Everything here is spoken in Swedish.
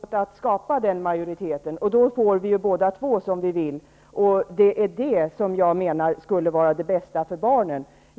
Herr talman! Vi skulle kunna hjälpas åt att skapa den majoriteten. Då får vi båda två som vi vill. Det är det som jag menar skulle vara det bästa för barnen.